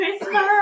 Christmas